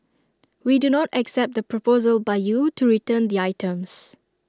we do not accept the proposal by you to return the items